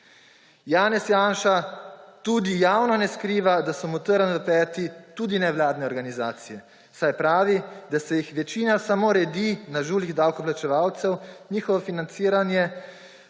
Janez Janša tudi javno ne skriva, da so mu trn v peti tudi nevladne organizacije, saj pravi, da se jih večina samo redi na žuljih davkoplačevalcev, njihovo financiranje